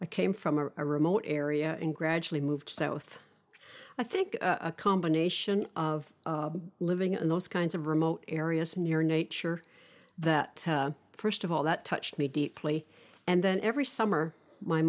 i came from a remote area and gradually moved south i think a combination of living in those kinds of remote areas near nature that first of all that touched me deeply and then every summer my